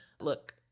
Look